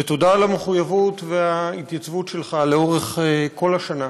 ותודה על המחויבות וההתייצבות שלך לאורך כל השנה